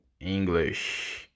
English